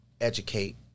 educate